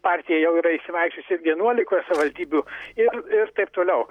partija jau yra išsivaikščiojusi vienuolikoje savivaldybių ir ir taip toliau